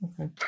Okay